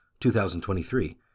2023